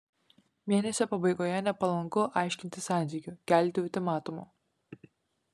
mėnesio pabaigoje nepalanku aiškintis santykių kelti ultimatumų